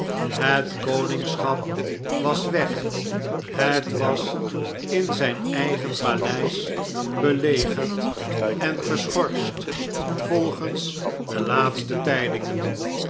het koningschap was weg het was in zjjn eigen paleis belegerd en geschorst volgens de laatste tpingen